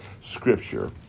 scripture